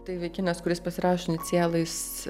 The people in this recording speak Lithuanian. tai vaikinas kuris pasirašė inicialais